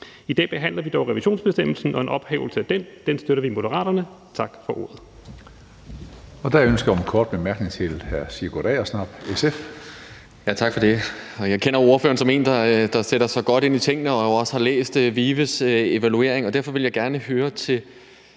I dag behandler vi dog revisionsbestemmelsen og en ophævelse af den. Det støtter vi i Moderaterne. Tak for ordet.